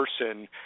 person